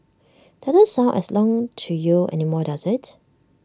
doesn't sound as long to you anymore does IT